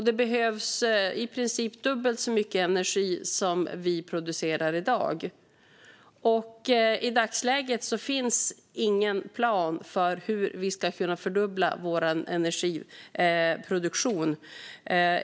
Det behövs i princip dubbelt så mycket energi som vi producerar i dag. I dagsläget finns ingen plan för hur vi ska kunna fördubbla vår energiproduktion.